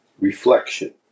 reflection